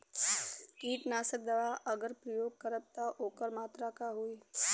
कीटनाशक दवा अगर प्रयोग करब त ओकर मात्रा का होई?